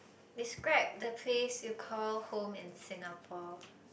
describe the place you call home in Singapore